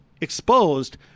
exposed